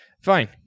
Fine